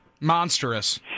Monstrous